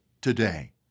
today